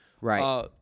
Right